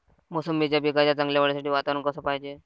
मोसंबीच्या पिकाच्या चांगल्या वाढीसाठी वातावरन कस पायजे?